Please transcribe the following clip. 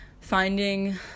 finding